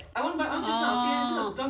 oo